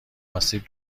آسیب